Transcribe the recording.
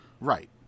Right